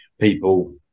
people